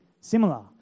similar